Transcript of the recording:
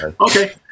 Okay